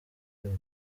rwego